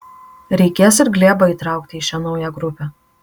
reikės ir glėbą įtraukti į šią naują grupę